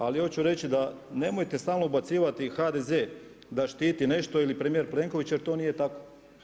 Ali, hoću reći, nemojte stalno ubacivati HDZ da štiti nešto ili premjer Plenković jer to nije tako.